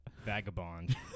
vagabond